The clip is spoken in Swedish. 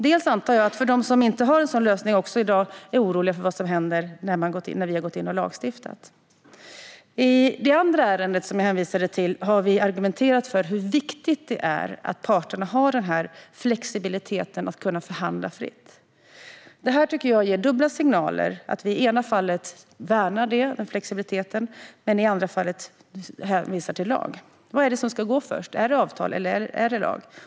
Jag antar dessutom att de som inte har en sådan lösning i dag är oroliga för vad som händer när vi har gått in och lagstiftat. I det andra ärendet jag hänvisade till har vi argumenterat för hur viktigt det är att parterna har flexibiliteten att kunna förhandla fritt. Jag tycker att det ger dubbla signaler att vi i det ena fallet värnar den flexibiliteten men i det andra fallet hänvisar till lag. Vad är det som ska gå först - är det avtal eller lag?